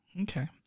Okay